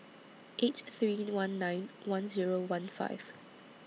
eight three one nine one Zero one five